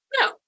no